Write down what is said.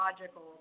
logical